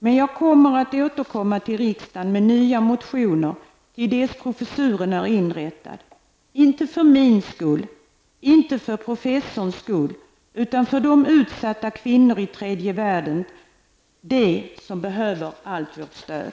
Men jag vill understryka att jag återkommer till riksdagen med nya motioner ända fram till dess att professuren är inrättad -- detta inte för min egen skull eller för professorns skull utan med tanke på de utsatta kvinnorna i tredje världen som behöver allt vårt stöd.